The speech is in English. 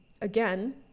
again